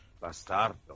Bastardo